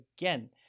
again